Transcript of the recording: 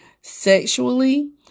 sexually